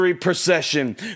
procession